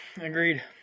agreed